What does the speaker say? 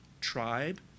tribe